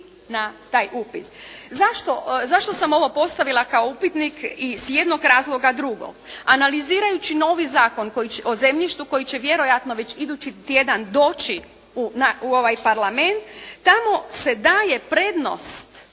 na taj upis. Zašto, zašto sam ovo postavila kao upitnik? Iz jednog razloga drugog. Analizirajući novi zakon o zemljištu koji će vjerojatno već idući tjedan doći u ovaj Parlament tamo se daje prednost